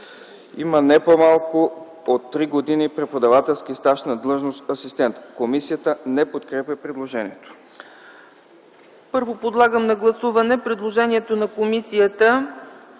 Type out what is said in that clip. има не по-малко от три години преподавателски стаж на длъжност „асистент”.” Комисията не подкрепя предложението.